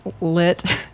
lit